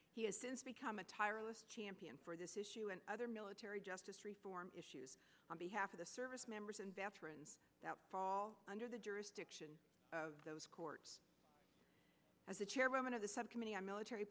he has since become a tireless champion for this issue and other military justice reform issues on behalf of the service members and veterans that fall under the jurisdiction of those courts as a chairwoman of the